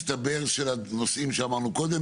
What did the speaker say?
אבל בינתיים הסתבר שהנושאים שאמרנו קודם,